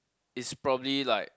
is probably like